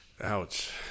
ouch